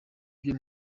vyo